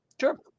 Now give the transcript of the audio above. sure